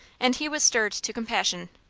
and he was stirred to compassion.